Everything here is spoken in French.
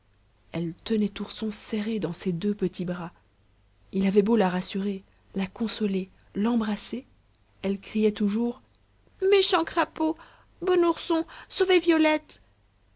elle tenait ourson serré de ses deux petits bras il avait beau la rassurer la consoler l'embrasser elle criait toujours méchant crapaud bon ourson sauver violette